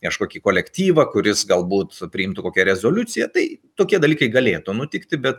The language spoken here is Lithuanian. kažkokį kolektyvą kuris galbūt priimtų kokią rezoliuciją tai tokie dalykai galėtų nutikti bet